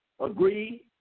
agree